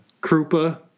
Krupa